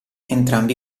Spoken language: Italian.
entrambi